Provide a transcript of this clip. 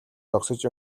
зогсож